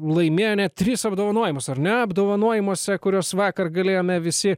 laimėjo net tris apdovanojimus ar ne apdovanojimuose kuriuos vakar galėjome visi